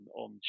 on